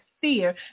fear